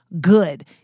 good